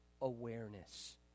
awareness